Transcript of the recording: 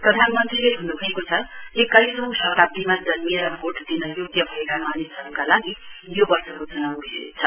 प्रधानमन्त्रीले भन्नुभएको छ एक्काइसौं शताब्दीमा जम्मिएर भोट दिन योग्य भएका मानिसहरुका लागि यो वर्षको चुनाव विशेष छ